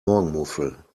morgenmuffel